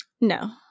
No